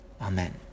Amen